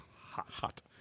Hot